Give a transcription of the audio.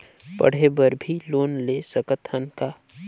पढ़े बर भी लोन ले सकत हन का?